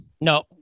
no